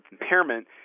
impairment